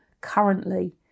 currently